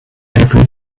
every